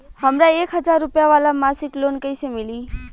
हमरा एक हज़ार रुपया वाला मासिक लोन कईसे मिली?